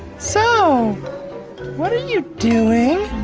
so what are you doing?